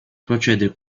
procedere